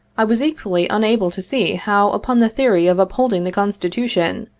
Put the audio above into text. i was equally unable to see how, upon the theory of upholding the constitution,